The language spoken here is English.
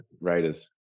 Raiders